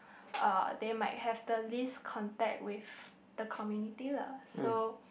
uh they might have the least contact with the community lah so